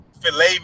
filet